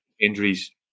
injuries